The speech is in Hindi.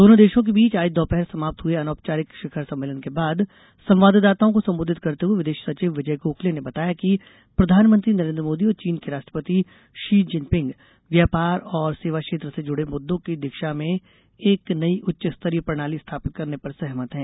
दोनों देशों के बीच आज दोपहर समाप्त हुए अनौपचारिक शिखर सम्मेलन के बाद संवाददाताओं को संबोधित करते हुए विदेश सचिव विजय गोखले ने बताया कि प्रधानमंत्री नरेन्द्र मोदी और चीन के राष्ट्रपति शी चिनपिंग व्यापार और सेवा क्षेत्र से जुड़े मुद्दों की दिशा में एक नई उच्च स्तरीय प्रणाली स्थापित करने पर सहमत हैं